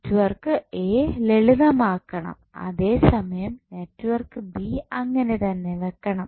network A ലളിതമാക്കണം അതേസമയം network B അങ്ങനെ തന്നെ വെക്കണം